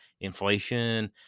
inflation